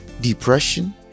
depression